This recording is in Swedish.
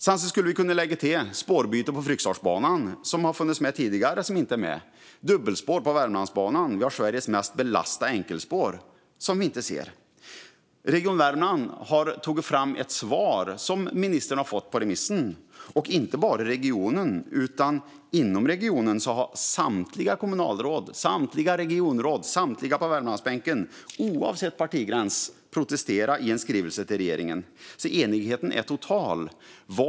Vi skulle också kunna lägga till spårbyte på Fryksdalsbanan, som har funnits med tidigare men som nu inte är med, och ett dubbelspår på Värmlandsbanan där vi har Sveriges mest belastade enkelspår. Region Värmland har tagit fram ett svar på remissen, och det har ministern fått. Det är inte bara regionen som har svarat, utan från regionen har också samtliga kommunalråd, samtliga regionråd och samtliga på Värmlandsbänken - oavsett partitillhörighet - protesterat i en skrivelse till regeringen. Enigheten är alltså total.